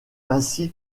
ainsi